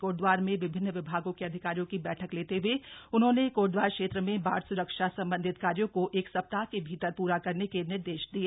कोटद्वार में विभिन्न विभागों के अधिकारियों की बैठक लेते हुए उन्होंने कोटद्वार क्षेत्र में बाढ़ सुरक्षा संबंधी कार्यो को एक सप्ताह के भीतर पूरा करने के निर्देश दिए